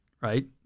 right